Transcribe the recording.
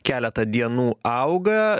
keletą dienų auga